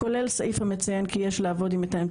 כולל סעיף המציין כי יש לעבוד עם מתאמת